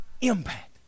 impact